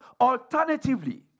Alternatively